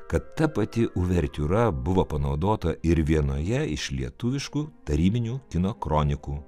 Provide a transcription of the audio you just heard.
kad ta pati uvertiūra buvo panaudota ir vienoje iš lietuviškų tarybinių kino kronikų